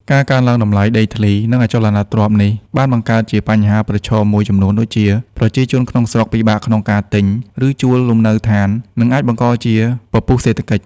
ការកើនឡើងតម្លៃដីធ្លី និងអចលនទ្រព្យនេះ បានបង្កើតជាបញ្ហាប្រឈមមួយចំនួនដូចជា ប្រជាជនក្នុងស្រុកពិបាកក្នុងការទិញ ឬជួលលំនៅឋាន និង អាចបង្កជាពពុះសេដ្ឋកិច្ច។